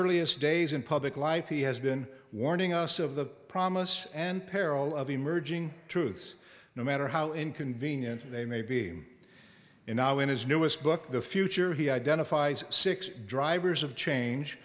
earliest days in public life he has been warning us of the promise and peril of emerging truth no matter how inconvenient they may be in now in his newest book the future he identifies six drivers of change